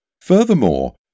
Furthermore